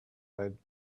eyed